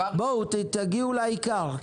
בואו תגיעו לעיקר.